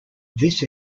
this